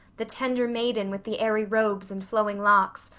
the tender maiden with the airy robes and flowing locks,